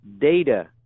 data